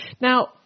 Now